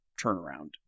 turnaround